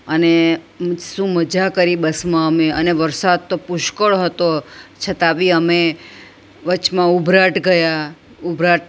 અને શું મજા કરી બસમાં અમે અને વરસાદ તો પુષ્કળ હતો છતાં બી અમે વચમાં ઉભરાટ ગયા ઉભરાટ